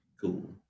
Cool